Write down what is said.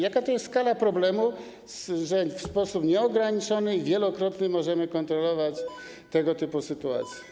Jaka to jest skala problemu, że w sposób nieograniczony i wielokrotny możemy kontrolować tego typu sytuacje?